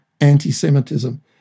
anti-Semitism